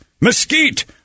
mesquite